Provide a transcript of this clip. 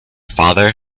father